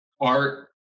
art